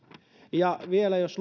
ja vielä jos